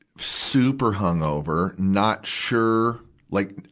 super hung over, not sure like,